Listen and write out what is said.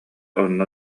онно